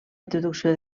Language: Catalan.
introducció